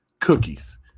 cookies